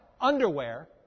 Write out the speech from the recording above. underwear